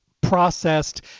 processed